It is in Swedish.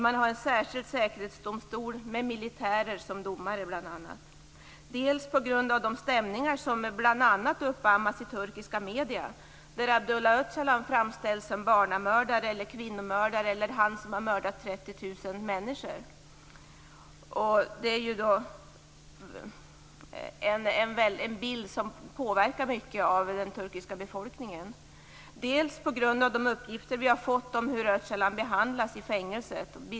Man har en särskild säkerhetsdomstol med militärer som domare. Det beror också på de stämningar som bl.a. uppammas i turkiska medier, där Abdullah Öcalan framställs som barnamördare, kvinnomördare eller han som har mördat 30 000 människor. Det är en bild som påverkar många i den turkiska befolkningen. Det beror även på de uppgifter vi har fått om hur Öcalan behandlas i fängelset.